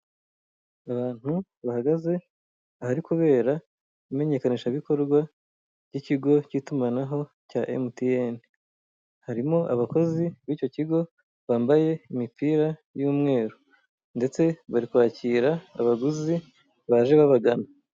Abantu bahagaze ahari kubera imenyekanisha bikorwa ry'ikigo cy'itumanaho cya emutiyeni. Harimo abakozi b'icyo kigo bambaye imipira y'umweru ndetse bari kwakira abaguzi baje babagana.